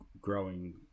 growing